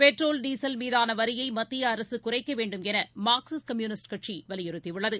petrol diesel மீதானவரியைமத்தியஅரசுகுறைக்கவேண்டும் எனமார்க்சிஸ்ட் communist கட்சிவலியுறுத்தியுள்ளது